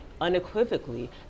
unequivocally